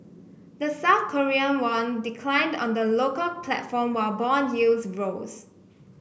the South Korean won declined on the local platform while bond yields rose